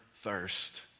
thirst